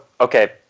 okay